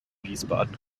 wiesbaden